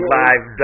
live